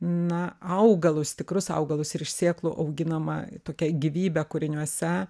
na augalus tikrus augalus ir iš sėklų auginama tokia gyvybė kūriniuose